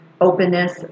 openness